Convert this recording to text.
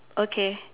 okay